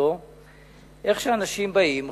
איך אנשים באים,